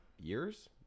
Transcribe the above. years